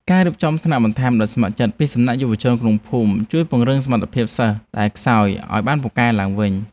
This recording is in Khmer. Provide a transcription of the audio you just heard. ការរៀបចំថ្នាក់បង្រៀនបន្ថែមដោយស្ម័គ្រចិត្តពីសំណាក់យុវជនក្នុងភូមិ ជួយពង្រឹងសមត្ថភាពសិស្សដែលខ្សោយឱ្យបានពូកែឡើងវិញ។